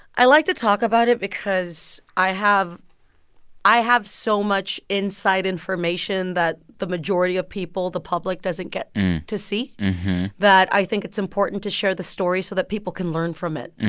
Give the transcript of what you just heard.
i like to talk about it because i have i have so much inside information that the majority of people, the public, doesn't get to see that i think it's important to share the story so that people can learn from it.